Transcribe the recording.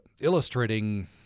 illustrating